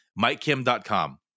mikekim.com